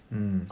mmhmm